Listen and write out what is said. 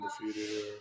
undefeated